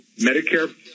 Medicare